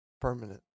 permanent